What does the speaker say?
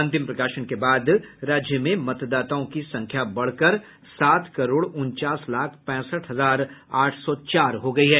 अंतिम प्रकाशन के बाद राज्य में मतदाताओं की संख्या बढ़कर सात करोड़ उनचास लाख पैंसठ हजार आठ सौ चार हो गयी है